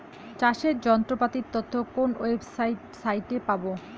চাষের যন্ত্রপাতির তথ্য কোন ওয়েবসাইট সাইটে পাব?